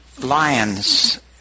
lions